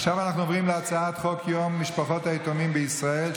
עכשיו אנחנו עוברים להצעת חוק יום משפחות היתומים בישראל,